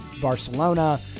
Barcelona